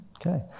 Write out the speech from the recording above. Okay